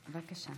בבקשה.